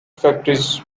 factories